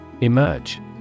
Emerge